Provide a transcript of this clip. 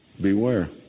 beware